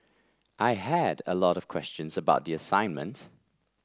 I had a lot of questions about the assignment